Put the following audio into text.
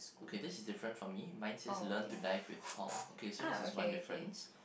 okay this is different from me mine says learn to dive with Paul okay so this is one difference